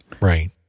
right